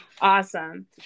Awesome